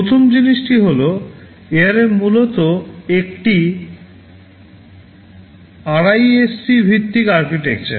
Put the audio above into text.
প্রথম জিনিসটি হল ARM মূলত একটি আরআইএসসি ভিত্তিক আর্কিটেকচার